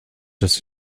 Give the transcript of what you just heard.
das